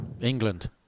England